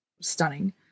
stunning